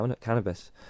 cannabis